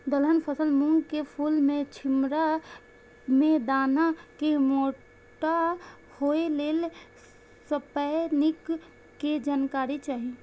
दलहन फसल मूँग के फुल में छिमरा में दाना के मोटा होय लेल स्प्रै निक के जानकारी चाही?